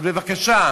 אז בבקשה,